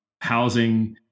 housing